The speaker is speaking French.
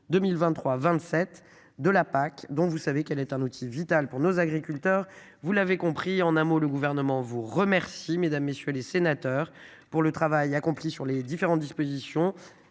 2023 27 de la Pac dont vous savez qu'elle est un outil vital pour nos agriculteurs, vous l'avez compris, en un mot le gouvernement vous remercie mesdames, messieurs les sénateurs pour le travail accompli sur les différentes dispositions